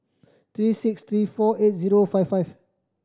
three six three four eight zero five five